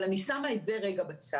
אבל אני שמה את זה רגע בצד,